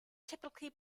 typically